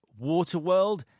Waterworld